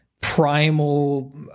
primal